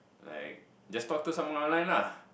like just talk to someone online lah